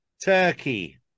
Turkey